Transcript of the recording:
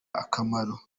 akamaro